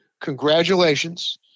congratulations